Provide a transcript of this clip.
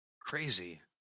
crazy